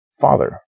father